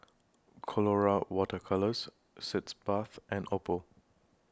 Colora Water Colours Sitz Bath and Oppo